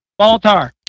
Baltar